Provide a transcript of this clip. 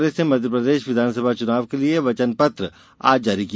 कांग्रेस ने मध्यप्रदेश विधानसभा चुनाव के लिए वचन पत्र आज जारी किया